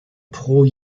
pro